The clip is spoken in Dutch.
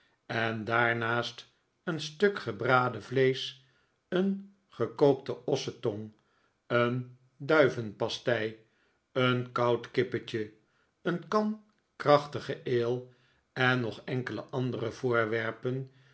en daarnaast een stuk gebraden vleesch een gekookte ossentong een duivenpastei een koud kippetje een kah krachtige ale en nog enkele andere voorwerpen